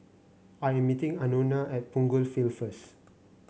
I am meeting Anona at Punggol Field first